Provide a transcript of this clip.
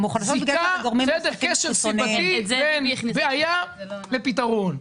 כשל סיבתי ובעיה לפתרון.